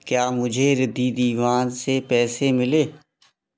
क्या मुझे रिद्धि दीवान से पैसे मिले